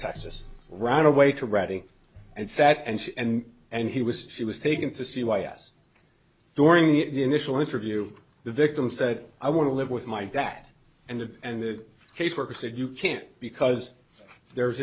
texas ran away to writing and sat and and and he was she was taken to see why yes during that initial interview the victim said i want to live with my back and of and the caseworker said you can't because there's